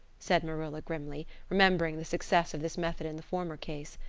said marilla grimly, remembering the success of this method in the former case.